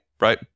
right